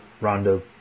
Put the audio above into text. Rondo